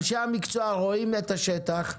אנשי המקצוע רואים את השטח,